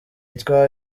yitwa